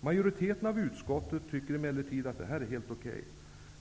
Majoriteten i utskottet tycker emellertid att det här är helt okej.